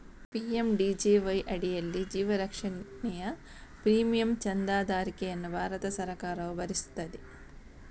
PMJDY ಅಡಿಯಲ್ಲಿ ಜೀವ ರಕ್ಷಣೆಯ ಪ್ರೀಮಿಯಂ ಚಂದಾದಾರಿಕೆಯನ್ನು ಭಾರತ ಸರ್ಕಾರವು ಭರಿಸುತ್ತದೆ